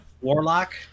warlock